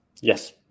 Yes